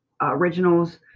originals